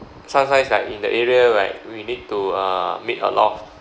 sometimes like in the area like we need to uh meet a lot of